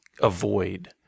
avoid